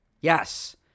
Yes